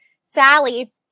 Sally